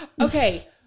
Okay